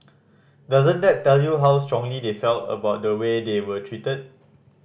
doesn't that tell you how strongly they felt about the way they were treated